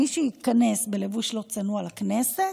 מי שייכנס בלבוש לא צנוע לכותל,